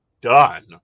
done